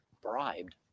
Bribed